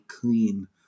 clean